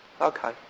Okay